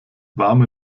warme